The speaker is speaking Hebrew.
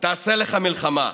תעשה לך מלחמה".